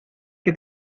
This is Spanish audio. que